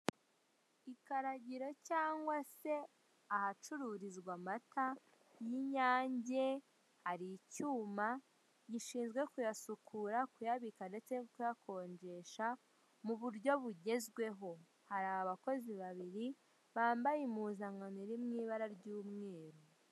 Ikaragiro cyangwa se ahacururizwa amata y'unyange, hari icyuma gishinzwe kuyasukura, kuyabika, ndetse no kuyakonjesha mu buryo bugezweho. Hari abakozi babiri bambaye impuzankano iri mu ibara ry'umweru.